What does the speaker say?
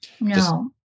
No